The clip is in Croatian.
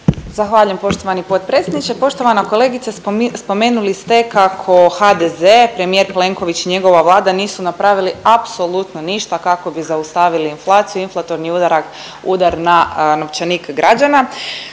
Zahvaljujem poštovani potpredsjedniče, poštovana kolegice, spomenuli ste kako HDZ, premijer Plenković i njegova vlada nisu napravili apsolutno ništa kako bi zaustavili inflaciju, inflatorni .../nerazumljivo/...